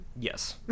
Yes